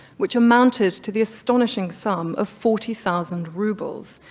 which amounted to the astonishing sum of forty thousand rubles.